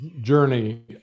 journey